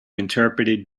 interpreted